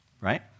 right